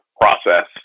process